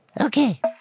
okay